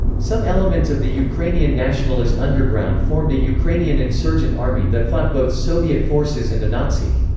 some elements of the ukrainian nationalist underground formed a ukrainian insurgent army that fought both soviet forces and the nazi.